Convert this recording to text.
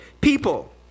people